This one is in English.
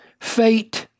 fate